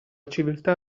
civiltà